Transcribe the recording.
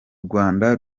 rwanda